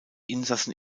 insassen